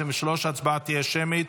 2023. ההצבעה תהיה שמית.